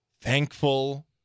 thankful